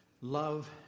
Love